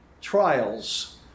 trials